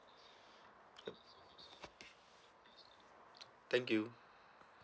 thank you